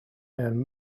and